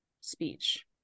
speech